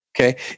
okay